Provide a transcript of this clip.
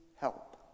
help